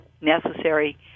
necessary